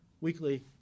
weekly